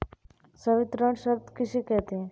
संवितरण शर्त किसे कहते हैं?